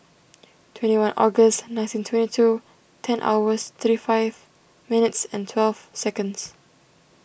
twenty one August nothing twenty two ten hours thirty five minutes and twelve seconds